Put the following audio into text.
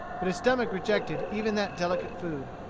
but his stomach rejected even that delicate food.